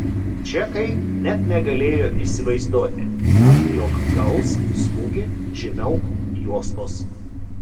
čekai net negalėjo įsivaizduoti jog gaus smūgį žemiau juostos